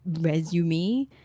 resume